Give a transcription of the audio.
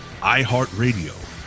iHeartRadio